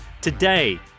Today